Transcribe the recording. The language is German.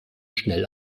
schnell